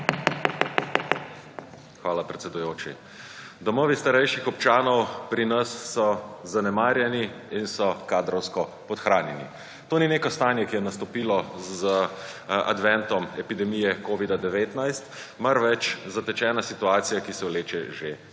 Hvala, predsedujoči. Domovi starejših občanov pri nas so zanemarjeni in so kadrovsko podhranjeni. To ni neko stanje, ki je nastopilo z adventom epidemije Covid-19, marveč zatečena situacija, ki se vleče že